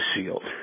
shield